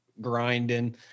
grinding